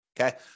Okay